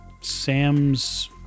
sam's